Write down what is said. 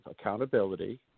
accountability